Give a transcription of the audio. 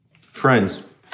Friends